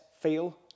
feel